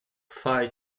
phi